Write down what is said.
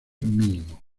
mínimo